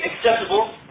acceptable